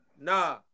Nah